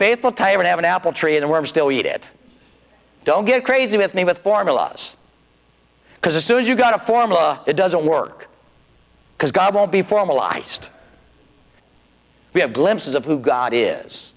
faithful tired have an apple tree and a worm still eat it don't get crazy with me with formula because as soon as you've got a formula it doesn't work because god won't be formalized we have glimpses of who god is